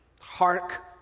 Hark